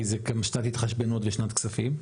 כי שנת התחשבנות לשנת כספים.